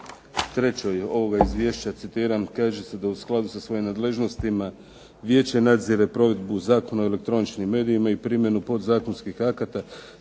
strani 3. ovog izvješća kaže se da, citiram: "u skladu sa svojim nadležnostima Vijeće nadzire provedbu Zakona o električkim medijima i primjenu podzakonskih akata.